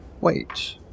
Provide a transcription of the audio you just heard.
Wait